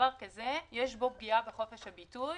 דבר כזה יש בו פגיעה בחופש הביטוי.